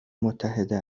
متحده